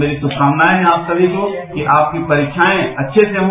मेरी शुभकामनाएं हैं आप सभी को कि आपकी परीक्षाएं अच्छे से हो